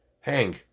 Hang